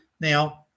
Now